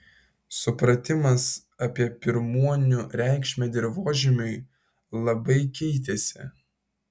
supratimas apie pirmuonių reikšmę dirvožemiui labai keitėsi